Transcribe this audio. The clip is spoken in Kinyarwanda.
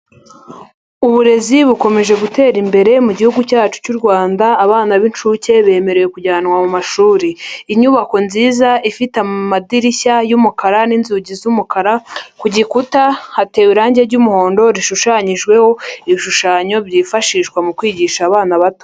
Uburezi bukomeje gutera imbere gihuguhugu cyacu cy'u Rwanda, abana b'inshuke bemerewe kujyanwa mu mashuri. Inyubako nziza ifite amadirishya y'umukara n'inzugi z'umukara, ku gikuta hatewe irangi ry'umuhondo rishushanyijweho ibishushanyo byifashishwa mu kwigisha abana bato.